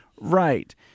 Right